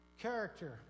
Character